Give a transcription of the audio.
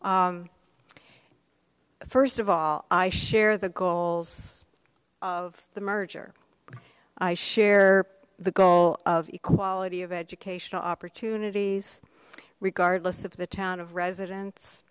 first of all i share the goals of the merger i share the goal of equality of educational opportunities regardless of the town of residen